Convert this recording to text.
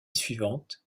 suivante